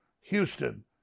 Houston